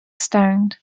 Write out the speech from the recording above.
stoned